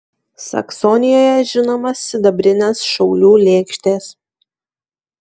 saksonijoje žinomos sidabrinės šaulių lėkštės